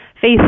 faith